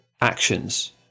actions